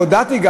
וגם הודעתי,